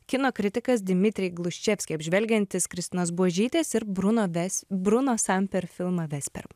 kino kritikas dmitrij gluševskiy apžvelgiantis kristinos buožytės ir bruno ves bruno san per filmą vester